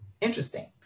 interesting